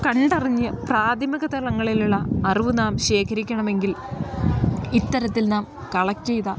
കണ്ടറിഞ്ഞ് പ്രാഥമിക തലങ്ങളിലുള്ള അറിവ് നാം ശേഖരിക്കണം എങ്കിൽ ഇത്തരത്തിൽ നാം കളക്ക്ട ചെയ്ത